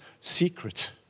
secret